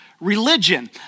religion